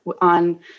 on